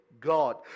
God